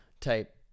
type